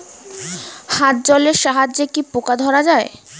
হাত জলের সাহায্যে কি পোকা ধরা যায়?